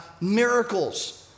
miracles